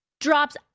drops